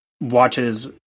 watches